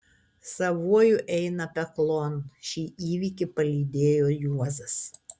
savuoju eina peklon šį įvykį palydėjo juozas